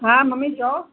हा मम्मी चयो